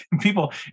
people